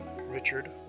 Richard